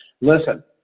listen